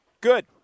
Good